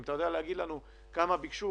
אם אתה יודע להגיד לנו כמה ביקשו,